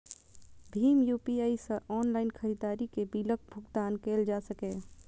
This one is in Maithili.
भीम यू.पी.आई सं ऑनलाइन खरीदारी के बिलक भुगतान कैल जा सकैए